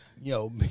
Yo